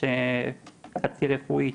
שנציג רפואי